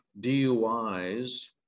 DUIs